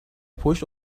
پشت